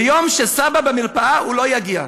ביום שסבא במרפאה הוא לא יגיע.